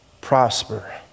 prosper